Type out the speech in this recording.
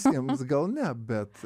visiems gal ne bet